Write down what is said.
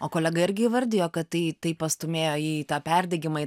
o kolega irgi įvardijo kad tai taip pastūmėjo į tą perdegimą